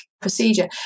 procedure